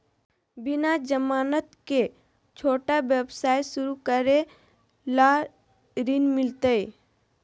बिना जमानत के, छोटा व्यवसाय शुरू करे ला ऋण मिलतई?